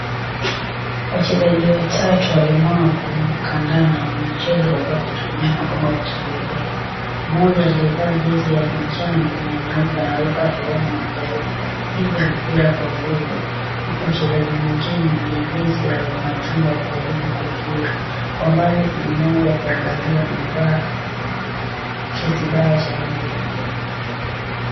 Wachezaji watatu walemavu wa kandanda wanaocheza huku wakitumia magongo ya kutembelea mmoja aliyevaa jezi ya manjano na nyeupe anaruka heweni na kujaribu kuupiga mpira kwa nguvu. Mchezaji mwengine mwenye jezi ya machungwa akijaribu kuzuia. Kwa mbali kuna moja ukiangalia amevaa kizibao cha rangi ya kijani.